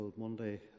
Monday